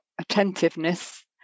attentiveness